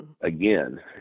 again